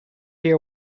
hear